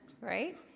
right